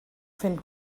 fent